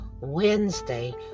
Wednesday